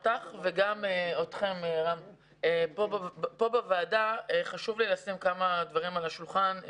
פה בוועדה חשוב לי לשים כמה דברים על השולחן.